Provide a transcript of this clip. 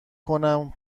کنم